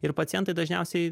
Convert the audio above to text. ir pacientai dažniausiai